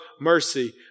mercy